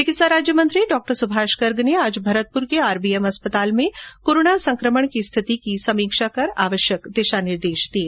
चिकित्सा राज्य मंत्री डॉ सुभाष गर्ग ने आज भरतपुर के आरबीएम अस्पताल में कोरोना संक्रमण की स्थिति की समीक्षा कर आवश्यक दिशा निर्देश दिये